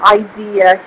idea